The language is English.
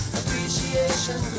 appreciation